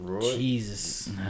jesus